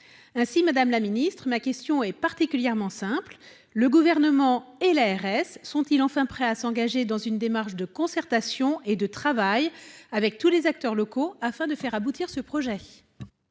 Ainsi, madame la ministre, ma question est particulièrement simple : le Gouvernement et l'ARS sont-ils enfin prêts à s'engager dans une démarche de concertation et de travail avec tous les acteurs locaux afin de faire aboutir ce projet ?